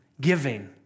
giving